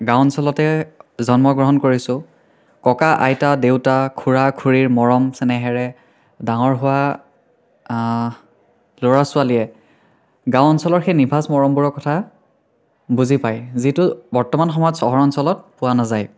গাঁও অঞ্চলতে জন্ম গ্ৰহণ কৰিছোঁ ককা আইতা দেউতা খুৰা খুৰীৰ মৰম চেনেহেৰে ডাঙৰ হোৱা ল'ৰা ছোৱালীয়ে গাঁও অঞ্চলৰ সেই নিভাঁজ মৰমবোৰৰ কথা বুজি পায় যিটো বৰ্তমান সময়ত চহৰ অঞ্চলত পোৱা নাযায়